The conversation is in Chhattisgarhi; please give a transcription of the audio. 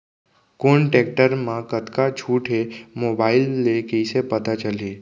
कोन टेकटर म कतका छूट हे, मोबाईल ले कइसे पता चलही?